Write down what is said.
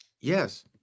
Yes